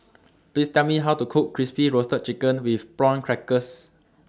Please Tell Me How to Cook Crispy Roasted Chicken with Prawn Crackers